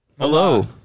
Hello